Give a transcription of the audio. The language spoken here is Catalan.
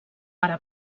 ara